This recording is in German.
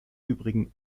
übrigen